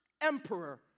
emperor